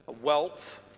wealth